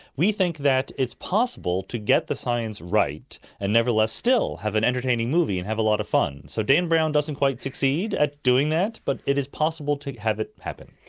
we think that it's possible to get the science right and nevertheless still have an entertaining movie and have a lot of fun. so dan brown does not and quite succeed at doing that, but it is possible to have it happen.